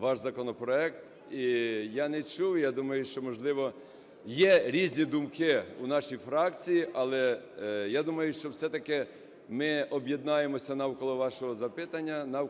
ваш законопроект і я не чув, я думаю, що, можливо, є різні думки у нашій фракції, але я думаю, що все-таки ми об'єднаємося навколо вашого запитання,